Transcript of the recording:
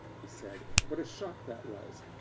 he said, what a shock that was?